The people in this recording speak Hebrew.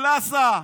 קלאסה.